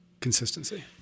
consistency